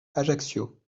ajaccio